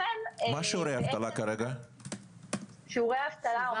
מה שיעורי האבטלה כרגע?